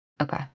Okay